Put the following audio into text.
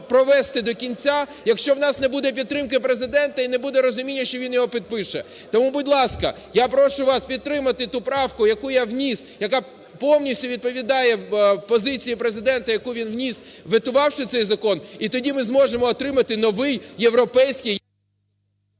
провести до кінця, якщо у нас не буде підтримки Президента і розуміння, що він його підпише. Тому, будь ласка, я прошу вас підтримати ту правку, яку я вніс, яка повністю відповідає позиції Президента, яку він вніс ветувавши цей закон і тоді ми зможемо отримати новий, європейський…